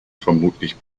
vermutlich